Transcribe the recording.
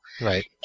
Right